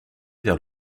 vers